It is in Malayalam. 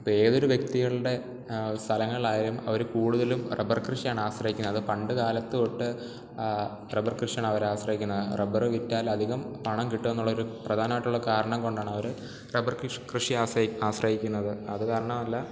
ഇപ്പം ഏതൊരു വ്യക്തികളുടെ സ്ഥലങ്ങളിലായാലും അവർ കൂടുതലും റബ്ബർ കൃഷിയാണ് ആശ്രയിക്കുന്നത് അത് പണ്ട് കാലത്ത് തൊട്ട് ആ റബ്ബർ കൃഷിയെയാണവർ ആശ്രയിക്കുന്നത് റബർ വിറ്റാലധികം പണം കിട്ടുമെന്നുള്ളൊരു പ്രധാനമായിട്ടുള്ളൊരു കാരണം കൊണ്ടാണവർ റബർ കൃഷി കൃഷിയെ ആശ്രയിക്കുന്നത് അത് കാരണമല്ല